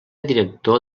director